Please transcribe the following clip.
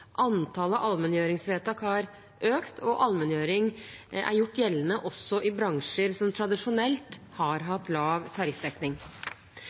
Antallet allmenngjøringsvedtak har økt, og allmenngjøring er gjort gjeldende også i bransjer som tradisjonelt har